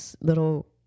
little